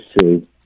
see